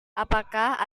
apakah